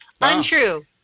Untrue